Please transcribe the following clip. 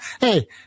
Hey